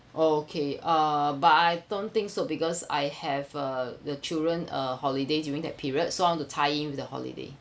oh okay uh but I don't think so because I have uh the children uh holiday during that period so I want to tie in with the holiday